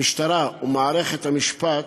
המשטרה ומערכת המשפט